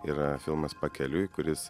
yra filmas pakeliui kuris